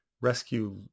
rescue